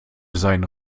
seinen